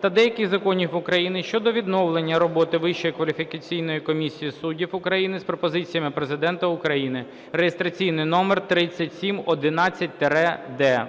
та деяких законів України щодо відновлення роботи Вищої кваліфікаційної комісії суддів України з пропозиціями Президента України (реєстраційний номер 3711-д).